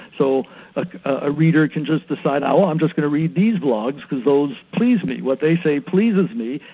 so a reader can just decide oh i'm just going to read these blogs because those pleases me, what they say pleases me,